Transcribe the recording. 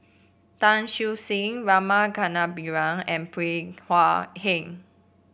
Tan Siew Sin Rama Kannabiran and Bey Hua Heng